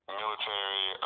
military